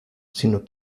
sino